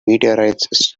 meteorites